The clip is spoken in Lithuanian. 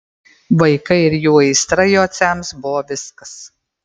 vaikai ir jų aistra jociams buvo viskas